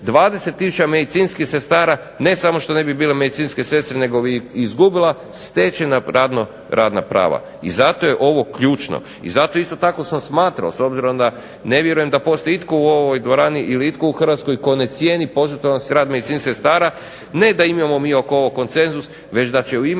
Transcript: tisuća medicinskih sestara ne samo što ne bi bile medicinske sestre nego bi i izgubila stečena radna prava. I zato je ovo ključno. I zato isto tako sam smatrao s obzirom da ne vjerujem da postoji itko u ovoj dvorani ili itko u Hrvatskoj tko ne cijeni požrtvovan rad medicinskih sestara, ne da imamo mi oko ovog konsenzus već da će u ime